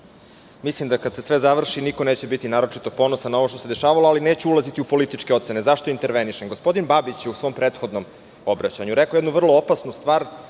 Mislim da kada se sve završi niko neće biti naročito ponosan na ovo što se dešavalo, ali neću ulaziti u političke ocene.Zašto intervenišem? Gospodin Babić je u svom prethodnom obraćanju rekao jednu vrlo opasnu stvar